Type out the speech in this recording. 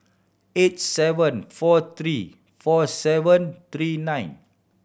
eight seven four three four seven three nine